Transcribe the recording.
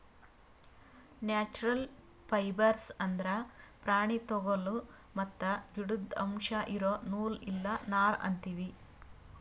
natural fibres ಅಂದ್ರ ಪ್ರಾಣಿ ತೊಗುಲ್ ಮತ್ತ್ ಗಿಡುದ್ ಅಂಶ್ ಇರೋ ನೂಲ್ ಇಲ್ಲ ನಾರ್ ಅಂತೀವಿ